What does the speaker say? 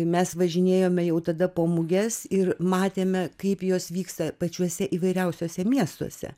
mes važinėjome jau tada po muges ir matėme kaip jos vyksta pačiuose įvairiausiuose miestuose